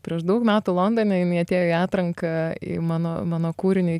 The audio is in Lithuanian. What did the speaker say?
prieš daug metų londone jinai atėjo į atranką į mano mano kūriniui